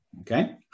okay